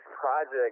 project